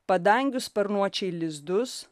padangių sparnuočiai lizdus